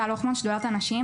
טל הוכמן, שדולת הנשים.